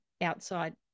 outside